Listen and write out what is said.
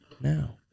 now